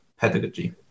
pedagogy